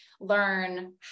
learn